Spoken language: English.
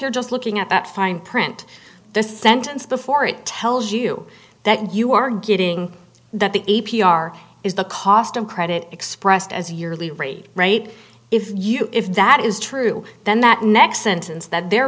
you're just looking at that fine print the sentence before it tells you that you are getting that the a p r is the cost of credit expressed as yearly rate rate if you if that is true then that next sentence that they're